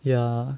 ya